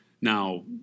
Now